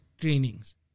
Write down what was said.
trainings